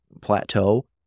plateau